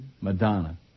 Madonna